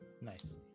nice